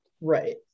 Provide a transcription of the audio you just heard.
right